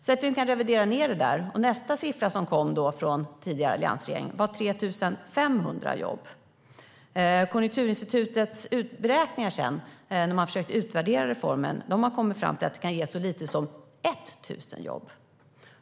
Sedan fick man revidera ned det, och nästa siffra som kom från den tidigare alliansregeringen var 3 500 jobb. När Konjunkturinstitutet försökte utvärdera reformen kom man fram till att den kan ge så lite som 1 000 jobb.